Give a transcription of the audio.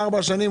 ארבע שנים,